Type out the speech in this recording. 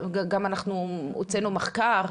גם אנחנו הוצאנו מחקר,